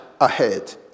Ahead